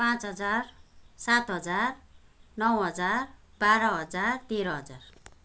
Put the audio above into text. पाँच हजार सात हजार नौ हजार बाह्र हजार तेह्र हजार